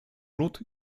lód